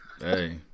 Hey